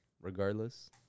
regardless